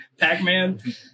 Pac-Man